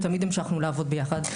ותמיד המשכנו לעבוד ביחד.